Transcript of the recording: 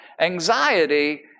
anxiety